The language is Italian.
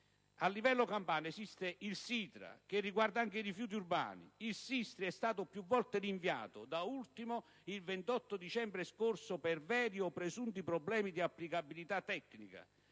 a livello campano esiste il SITRA, che riguarda anche i rifiuti urbani. Il SISTRI è stato più volte rinviato, da ultimo il 28 dicembre scorso, per veri o presunti problemi di applicabilità tecnica.